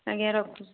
ଆଜ୍ଞା ରଖୁଛି